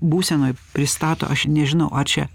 būsenoj pristato aš nežinau ar čia